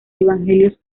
evangelios